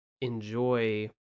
enjoy